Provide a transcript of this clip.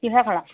কিহেৰে খালা